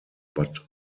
but